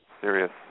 serious